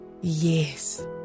Yes